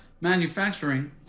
manufacturing